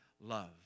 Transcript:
love